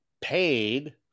paid